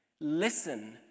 Listen